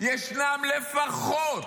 ישנם לפחות,